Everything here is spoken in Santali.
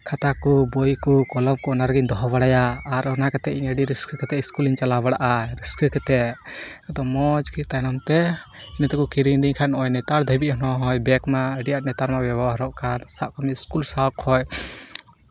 ᱠᱷᱟᱛᱟ ᱠᱚ ᱵᱳᱭ ᱠᱚ ᱠᱚᱞᱚᱢ ᱠᱚ ᱚᱱᱟ ᱨᱮᱜᱤᱧ ᱫᱚᱦᱚ ᱵᱟᱲᱟᱭᱟ ᱟᱨ ᱚᱱᱟ ᱠᱟᱛᱮᱫ ᱤᱧ ᱟᱹᱰᱤ ᱨᱟᱹᱥᱠᱟᱹ ᱠᱟᱛᱮᱫ ᱤᱥᱠᱩᱞ ᱤᱧ ᱪᱟᱞᱟᱣ ᱵᱟᱲᱟᱜᱼᱟ ᱨᱟᱹᱥᱠᱟᱹ ᱠᱟᱛᱮᱫ ᱟᱫᱚ ᱢᱚᱡᱽ ᱜᱮ ᱛᱟᱭᱱᱚᱢ ᱛᱮ ᱤᱱᱟᱹᱜ ᱛᱮᱠᱚ ᱠᱤᱨᱤᱧ ᱟᱹᱫᱤᱧ ᱠᱷᱟᱱ ᱱᱚᱜᱼᱚᱭ ᱱᱮᱛᱟᱨ ᱫᱷᱟᱹᱵᱤᱡ ᱦᱚᱸᱼᱚᱭ ᱵᱮᱜᱽ ᱢᱟ ᱟᱹᱰᱤ ᱟᱴ ᱱᱮᱛᱟᱨ ᱢᱟ ᱵᱮᱵᱚᱦᱟᱨᱚᱜ ᱠᱟᱱ ᱥᱟᱵ ᱠᱟᱜ ᱢᱮ ᱤᱥᱠᱩᱞ ᱥᱟᱶ ᱠᱷᱚᱱ